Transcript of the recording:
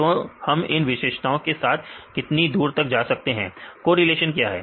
तो हम इन विशेषताओं के साथ कितनी दूर तक जा सकते हैं कोरिलेशन क्या है